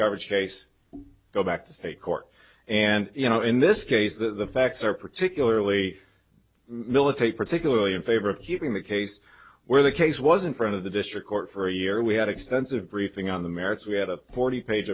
coverage case go back to state court and you know in this case the facts are particularly militate particularly in favor of keeping the case where the case was in front of the district court for a year we had extensive briefing on the merits we had a forty page